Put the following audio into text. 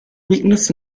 weakness